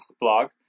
blog